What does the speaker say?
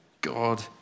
God